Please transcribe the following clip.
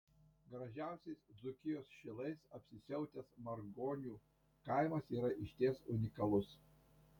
gražiausiais dzūkijos šilais apsisiautęs margionių kaimas yra išties unikalus